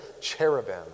cherubim